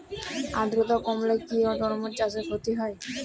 আদ্রর্তা কমলে কি তরমুজ চাষে ক্ষতি হয়?